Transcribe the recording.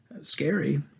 scary